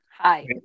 Hi